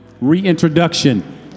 reintroduction